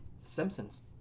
Simpsons